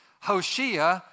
Hoshea